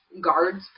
guards